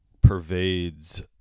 pervades